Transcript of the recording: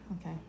Okay